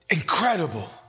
incredible